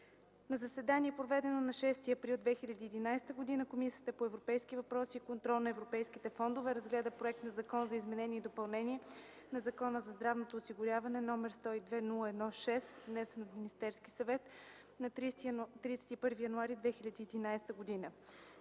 „На заседанието, проведено на 6 април 2011 г., Комисията по европейските въпроси и контрол на европейските фондове разгледа проект на Закон за изменение и допълнение на Закона за здравното осигуряване, № 102-01-6, внесен от Министерския съвет на 31 януари 2011 г.